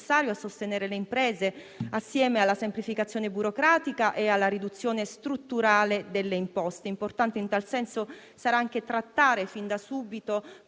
a sostenere le imprese, assieme alla semplificazione burocratica e alla riduzione strutturale delle imposte. Importante in tal senso sarà anche trattare fin da subito con